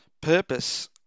purpose